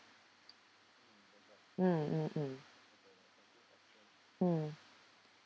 mm mm mm mm